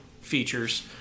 features